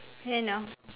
end now